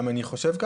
גם אני חושב כך.